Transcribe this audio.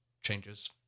changes